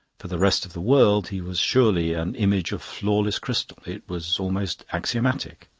for the rest of the world he was surely an image of flawless crystal. it was almost axiomatic.